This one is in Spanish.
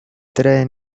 trae